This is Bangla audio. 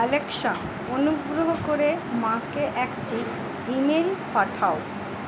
অ্যালেক্সা অনুগ্রহ করে মাকে একটি ইমেল পাঠাও